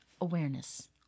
awareness